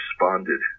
responded